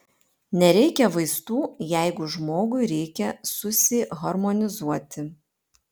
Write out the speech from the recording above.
nereikia vaistų jeigu žmogui reikia susiharmonizuoti